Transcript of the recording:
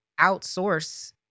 outsource